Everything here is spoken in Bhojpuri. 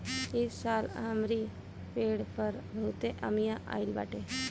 इस साल हमरी पेड़ पर बहुते अमिया आइल बाटे